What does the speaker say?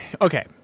okay